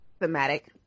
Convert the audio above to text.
thematic